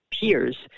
peers